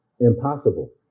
impossible